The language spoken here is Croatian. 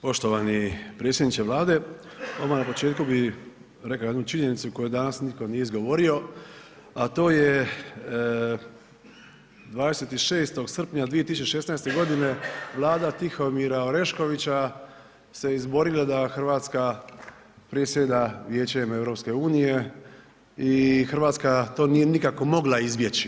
Poštovani predsjedniče Vlade odmah na početku bi rekao jednu činjenicu koju danas nitko nije izgovorio, a to je 26. srpnja 2016. godine vlada Tihomira Oreškovića se izborila da Hrvatska predsjeda Vijećem EU i Hrvatska to nije nikako mogla izbjeći.